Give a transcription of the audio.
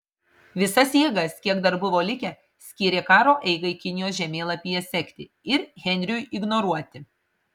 visas jėgas kiek dar buvo likę skyrė karo eigai kinijos žemėlapyje sekti ir henriui ignoruoti